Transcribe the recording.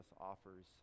offers